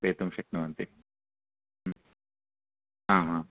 पातुं शक्नुवन्ति आम् आम्